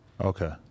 Okay